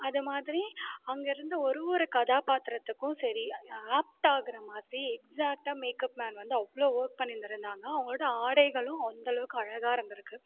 அதைமாதிரி அங்கே இருந்த ஒரு ஒரு கதாபாத்திரத்துக்கும் சரி ஆப்ட் ஆகுற மாதிரி எக்ஸேக்ட்டாக மேக்கப் மேன் வந்து அவ்வளோ ஓர்க் பண்ணியிருந்தாங்கள் அவங்களோட ஆடைகளும் அந்தளவுக்கு அழகாக இருந்திருக்கு